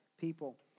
people